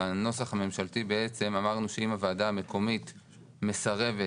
בנוסח הממשלתי אמרנו שאם הוועדה המקומית מסרבת,